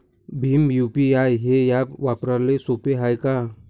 Bhim UPI हे app वापराले सोपे हाय का?